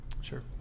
Sure